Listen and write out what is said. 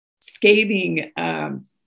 scathing